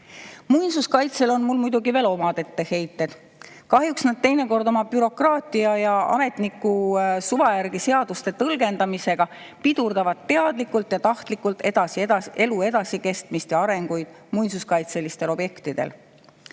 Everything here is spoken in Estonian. tingimused. Muinsuskaitsele on mul muidugi veel omad etteheited. Kahjuks nad teinekord oma bürokraatia ja ametniku suva järgi seaduste tõlgendamisega pidurdavad teadlikult ja tahtlikult elu edasikestmist ja muinsuskaitseliste objektide